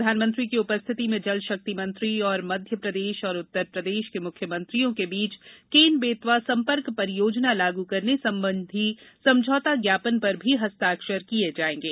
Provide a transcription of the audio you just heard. प्रधानमंत्री की उपस्थिति में जल शक्ति मंत्री और मध्य प्रदेश तथा उत्तर प्रदेश के मुख्यमंत्रियों के बीच केन बेतवा संपर्क परियोजना लाग करने संबंधी समझौता ज्ञापन पर भी हस्ताक्षर किए जाएंगे